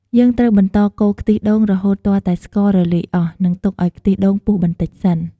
យើងត្រូវបន្តកូរខ្ទិះដូងរហូតទាល់តែស្កររលាយអស់ និងទុកឱ្យខ្ទិះដូងពុះបន្តិចសិន។